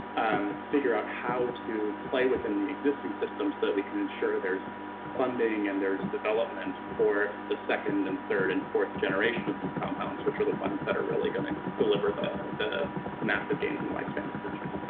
um figure out how to play within the existing systems so we can ensure there's funding and there's development for the second and third and fourth generation of these compounds, which are the ones that are really gonna deliver the the massive gains in lifespan extension.